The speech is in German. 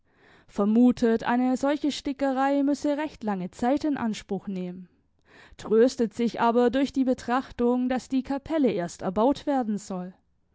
vermutet eine solche stickerei müsse recht lange zeit in anspruch nehmen tröstet sich aber durch die betrachtung daß die kapelle erst erbaut werden soll